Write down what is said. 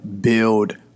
build